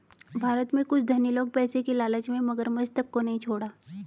भारत में कुछ धनी लोग पैसे की लालच में मगरमच्छ तक को नहीं छोड़ा